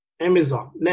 Amazon